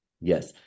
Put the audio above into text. yes